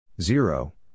Zero